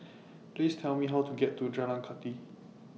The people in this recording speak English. Please Tell Me How to get to Jalan Kathi